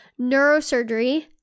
neurosurgery